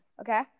Okay